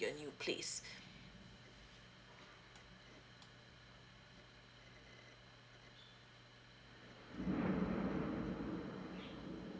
your new place